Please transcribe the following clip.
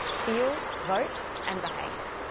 feel, vote, and behave.